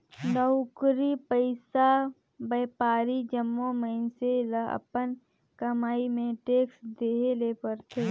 नउकरी पइसा, बयपारी जम्मो मइनसे ल अपन कमई में टेक्स देहे ले परथे